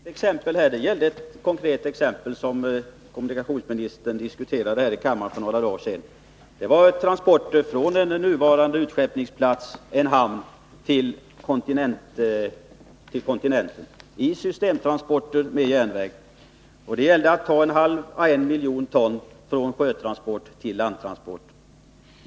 Herr talman! Jag tog upp ett konkret exempel som kommunikationsministern diskuterade här i kammaren för några dagar sedan. Det gällde frakt från en utskeppningshamn till kontinenten i systemtransport med järnväg. Vad frågan gällde var att överföra en halv å en miljon ton gods från sjötransport till landtransport.